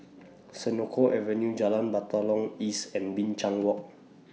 Senoko Avenue Jalan Batalong East and Binchang Walk